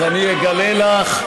אז אני אגלה לך.